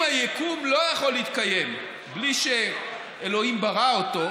אם היקום לא יכול להתקיים בלי שאלוהים ברא אותו,